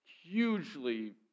hugely